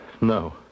No